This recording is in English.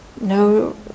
no